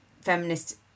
feminist